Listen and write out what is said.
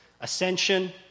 ascension